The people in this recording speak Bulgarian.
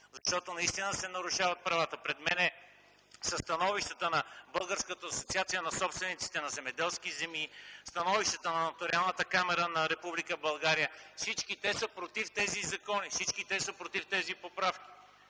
защото наистина се нарушават правата. Пред мен са становищата на Българската асоциация на собствениците на земеделски земи, становищата на Нотариалната камара на Република България – всички те са против тези закони, всички те са против тези поправки!